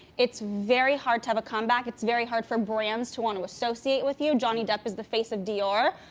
it's very hard to have a comeback. it's very hard for brands to want to associate with you. johnny depp is the face of dior.